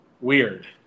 Weird